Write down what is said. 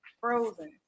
frozen